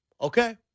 okay